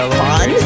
fun